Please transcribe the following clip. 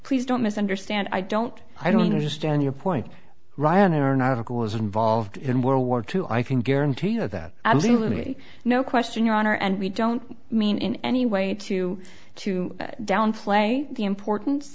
please don't misunderstand i don't i don't understand your point rhiannon are not a cause involved in world war two i can guarantee you that absolutely no question your honor and we don't mean in any way to to downplay the importance